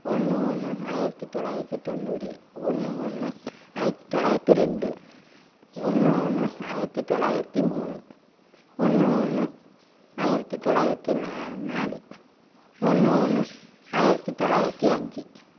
ஒன்று ஒன்று ஆயிரத்து தொள்ளாயிரத்து தொண்ணூறு ஒன்று ஒன்று ஆயிரத்து தொள்ளாயிரத்து ரெண்டு ஒன்று ஒன்று ஆயிரத்து தொள்ளாயிரத்து மூணு ஒன்று ஒன்று ஆயிரத்து தொள்ளாயிரத்து நாலு ஒன்று ஒன்று ஆயிரத்து தொள்ளாயிரத்து அஞ்சு